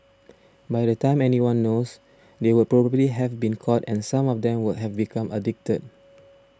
by the time anyone knows they would probably have been caught and some of them would have become addicted